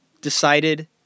decided